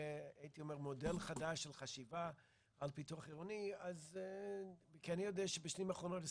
מודל חדש של חשיבה על פיתוח עירוני כי אני יודע שבשנים האחרונות,